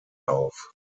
auf